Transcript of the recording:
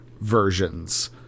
versions